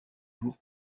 jour